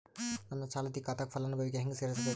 ನನ್ನ ಚಾಲತಿ ಖಾತಾಕ ಫಲಾನುಭವಿಗ ಹೆಂಗ್ ಸೇರಸಬೇಕು?